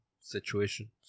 situation